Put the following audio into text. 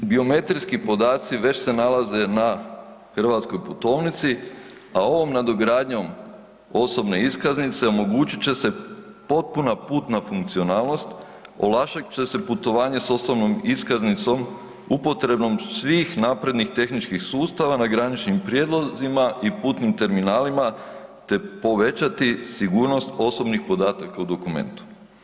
Biometrijski podaci već se nalaze na hrvatskoj putovnici, a ovom nadogradnjom osobne iskaznice omogućit će se potpuna putna funkcionalnost, olakšat će se putovanje s osobnom iskaznicom upotrebom svih naprednih tehničkih sustava na graničnim prijelazima i putnim terminalima te povećati sigurnost osobnih podataka u dokumentu.